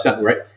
Right